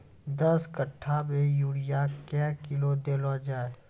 दस कट्ठा मे यूरिया क्या किलो देलो जाय?